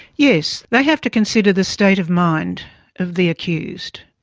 yes, they have to consider the state of mind of the accused,